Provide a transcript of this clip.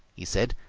he said,